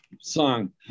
song